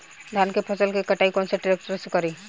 धान के फसल के कटाई कौन सा ट्रैक्टर से करी?